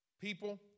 people